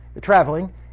traveling